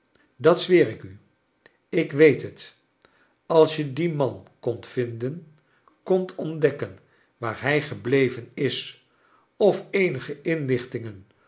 dat zweer ik u ik weet het als je dien man kondt vinden kondt ontdekken waar hij gebleven is of eenige inlichtingen